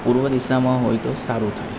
પૂર્વ દિશામાં હોય તો સારું થાય છે